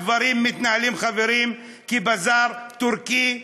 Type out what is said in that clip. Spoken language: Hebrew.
הדברים מתנהלים, חברים, כבזאר טורקי,